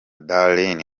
darlene